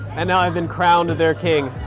and now i've been crowned their king.